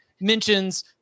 mentions